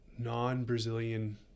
non-Brazilian